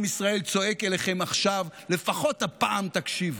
עם ישראל צועק אליכם עכשיו, לפחות הפעם תקשיבו.